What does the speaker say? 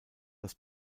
das